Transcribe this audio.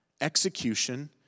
execution